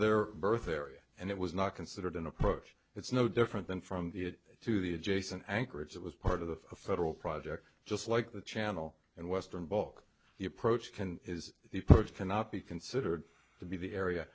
their birth area and it was not considered an approach it's no different than from the it to the adjacent anchorage it was part of a federal project just like the channel and western book the approach can is the approach cannot be considered to be the area